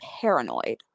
paranoid